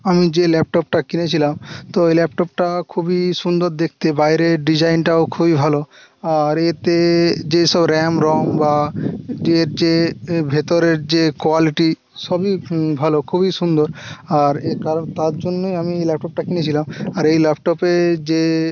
আমি যে ল্যাপটপটা কিনেছিলাম তো ওই ল্যাপটপটা খুবই সুন্দর দেখতে বাইরের ডিজাইনটাও খুবই ভালো আর এতে যেসব র্যাম রম বা এর যে ভেতরের যে কোয়ালিটি সবই ভালো খুবই সুন্দর আর তার জন্যই আমি ল্যাপটপটা কিনেছিলাম আর এই ল্যাপটপে যে